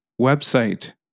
website